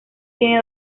tiene